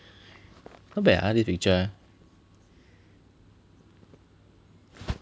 not bad ah this picture